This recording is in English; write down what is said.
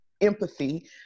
empathy